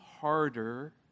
harder